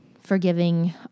forgiving